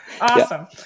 Awesome